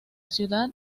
ciudad